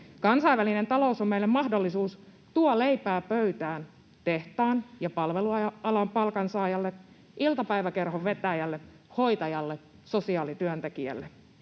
Kansainvälinen talous on meille mahdollisuus, tuo leipää pöytään tehtaan ja palvelualan palkansaajalle, iltapäiväkerhon vetäjälle, hoitajalle, sosiaalityöntekijälle,